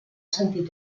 sentit